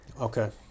Okay